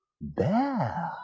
bear